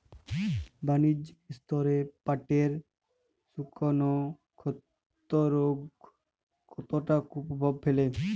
বাণিজ্যিক স্তরে পাটের শুকনো ক্ষতরোগ কতটা কুপ্রভাব ফেলে?